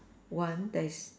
one that is